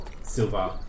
silver